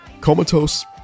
comatose